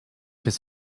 his